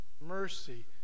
mercy